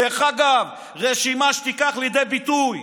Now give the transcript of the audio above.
דרך אגב, רשימה שתביא לידי ביטוי,